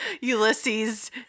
Ulysses